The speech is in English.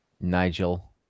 Nigel